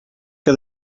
que